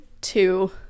two